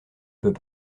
peut